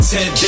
Ten